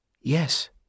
Yes